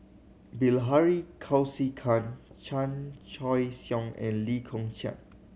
Bilahari Kausikan Chan Choy Siong and Lee Kong Chian